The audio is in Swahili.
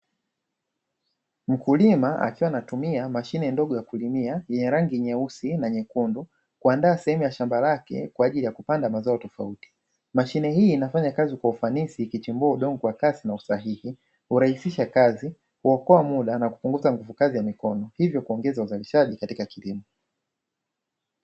Mkulima akiwa anatumia mashine ndogo ya kulimia yenye rangi nyeusi kwa nyekundu kuandaa sehemu ya shamba lake kwa ajili ya kupanda mazao tofauti tofauti. Mashine hii inafanya kazi kwa ufanisi kwa ajili ya kuchimbulia udongo kwa kasi na kwa usahihi, pia hurahisisha kazi, huokoa muda na kupunguza nguvukazi ya mikono, hivyo huongeza uzalishaji katika kilimo.